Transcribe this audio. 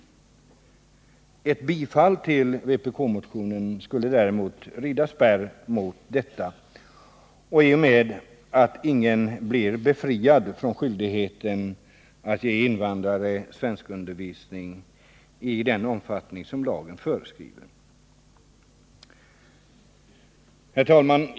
Med ett bifall till vpk-motionen skulle man däremot rida spärr mot detta i och med att ingen då blir befriad från skyldigheten att ge invandrarna svenskundervisning i den omfattning som lagen föreskriver. Herr talman!